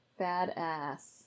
Badass